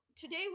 today